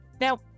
Now